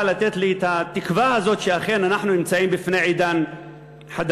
לתת לי את התקווה הזאת שאכן אנחנו נמצאים בפני עידן חדש.